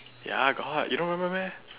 ya got you don't remember meh